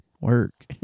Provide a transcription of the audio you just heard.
work